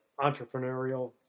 entrepreneurial